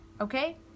okay